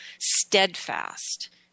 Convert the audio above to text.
steadfast